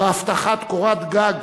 בהבטחת קורת גג